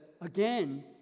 Again